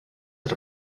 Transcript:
had